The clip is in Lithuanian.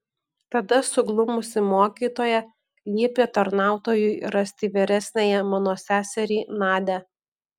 tada suglumusi mokytoja liepė tarnautojui rasti vyresniąją mano seserį nadią